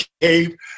cave